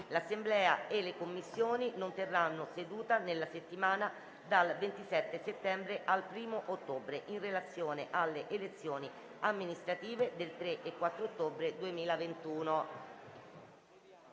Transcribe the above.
L'Assemblea e le Commissioni non terranno seduta nella settimana dal 27 settembre al 1o ottobre, in relazione alle elezioni amministrative del 3 e 4 ottobre 2021.